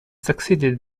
succeeded